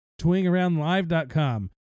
TwingAroundLive.com